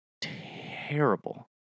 terrible